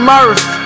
Murph